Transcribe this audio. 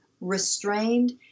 restrained